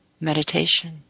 Meditation